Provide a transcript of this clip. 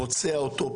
פוצע אותו,